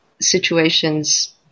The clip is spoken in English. situations